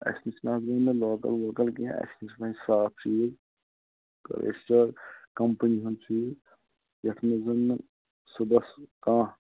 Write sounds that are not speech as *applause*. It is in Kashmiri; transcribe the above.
اسہِ نِش نہَ حظ بنہِ نہَ لوکَل ووکَل کیٚنٛہہ اسہِ نِش بَنہِ صاف چیٖز تہٕ *unintelligible* کَمپٔنی ہُنٛد چیٖز یتھ منٛز زَن نہَ صُبحس کانٛہہ